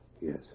Yes